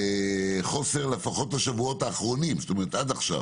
חוסר לפחות בשבועות האחרונים, כלומר עד עכשיו,